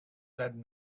said